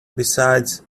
besides